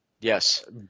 Yes